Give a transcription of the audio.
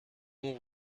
mon